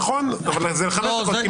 נכון, אבל זה לחמש דקות.